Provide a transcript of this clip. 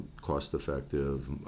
cost-effective